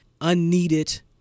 unneeded